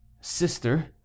sister